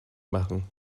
machen